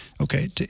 Okay